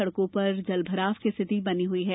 सड़कों पर जल भराव की स्थिति बनी हुई है